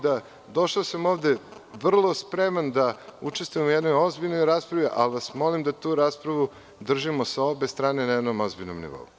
Došao sam ovde vrlo spreman da učestvujem u jednoj ozbiljnoj raspravi, ali vas molim da tu raspravu držimo sa obe strane na jednom ozbiljnom nivou.